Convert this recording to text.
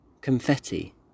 Confetti